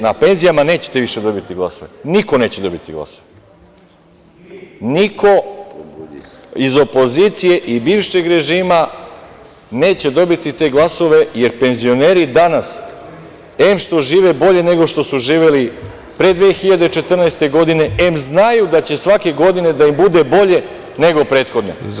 Na penzijama nećete više dobiti glasove, niko neće dobiti glasove, niko iz opozicije i bivšeg režima neće dobiti te glasove, jer penzioneri danas em što žive bolje nego što su živeli pre 2014. godine, em znaju da će svake godine da im bude bolje nego prethodne.